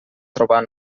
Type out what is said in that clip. trobar